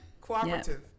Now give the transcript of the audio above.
Cooperative